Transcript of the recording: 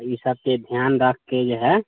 आ ईसभके ध्यान रखि कऽ जे हए